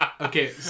Okay